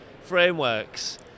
frameworks